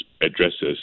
addresses